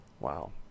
Wow